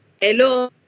Hello